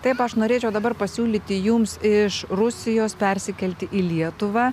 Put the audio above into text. taip aš norėčiau dabar pasiūlyti jums iš rusijos persikelti į lietuvą